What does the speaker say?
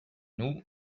nous